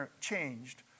changed